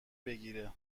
بگیره